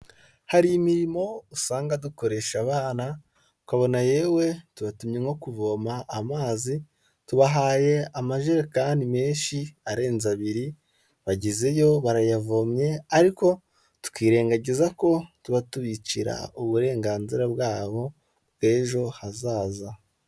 Hari imirimo usanga dukoresha abana ukabona yewe tubatumye nko kuvoma amazi tubahaye amajerekani menshi arenze abiri, bagezeyo barayavomye ariko twirengagiza ko tuba tubicira uburenganzira bwabo bw'ejo hazaza.